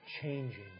changing